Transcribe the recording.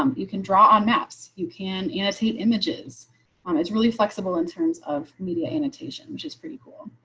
um you can draw on maps. you can annotate images on it's really flexible in terms of media annotation, which is pretty cool.